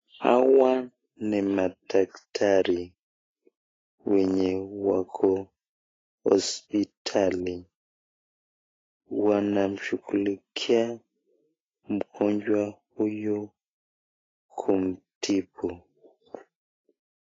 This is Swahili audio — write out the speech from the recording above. Hawa ni madaktari wenye wako hospitali wanashughulikia mgonjwa huyu kumtibu.